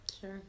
sure